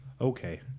Okay